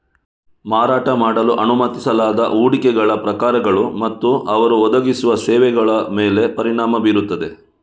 ಮಾರಾಟ ಮಾಡಲು ಅನುಮತಿಸಲಾದ ಹೂಡಿಕೆಗಳ ಪ್ರಕಾರಗಳು ಮತ್ತು ಅವರು ಒದಗಿಸುವ ಸೇವೆಗಳ ಮೇಲೆ ಪರಿಣಾಮ ಬೀರುತ್ತದೆ